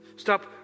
Stop